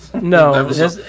No